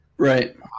Right